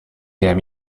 damn